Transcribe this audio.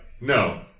no